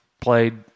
played